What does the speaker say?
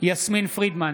יסמין פרידמן,